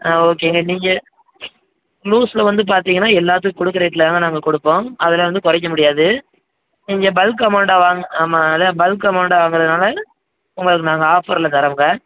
ஆ ஓகேங்க நீங்கள் லூஸில் வந்துப் பார்த்தீங்கன்னா எல்லாத்துக்கும் கொடுக்குற ரேட்டில் தாங்க நாங்கள் கொடுப்போம் அதில் வந்து குறைக்க முடியாது நீங்கள் பல்க் அமௌண்ட்டாக வாங்க ஆமாங்க அதுதான் பல்க் அமௌண்ட்டாக வாங்குறதினால உங்களுக்கு நாங்கள் ஆஃபரில் தரோமுங்க